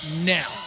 now